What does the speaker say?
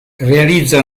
realizza